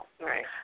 Right